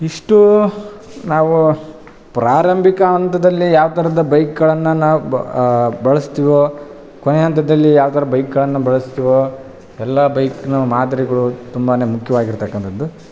ಇಷ್ಟು ನಾವು ಪ್ರಾರಂಭಿಕ ಹಂತದಲ್ಲಿ ಯಾವ್ತರದ ಬೈಕ್ಗಳನ್ನು ನಾವು ಬಳಸ್ತಿವೊ ಕೊನೆ ಹಂತದಲ್ಲಿ ಯಾವ್ತರ ಬೈಕ್ಗಳನ್ನ ಬಳಸ್ತಿವೊ ಎಲ್ಲ ಬೈಕ್ನ ಮಾದರಿಗಳು ತುಂಬಾ ಮುಖ್ಯವಾಗಿರ್ತಕಂಥದ್ದು